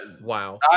Wow